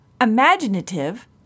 imaginative